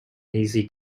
easy